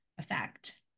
effect